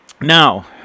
Now